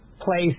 place